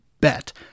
bet